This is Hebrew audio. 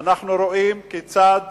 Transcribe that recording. אנחנו רואים כיצד